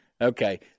Okay